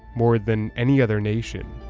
more than any other nation.